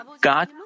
God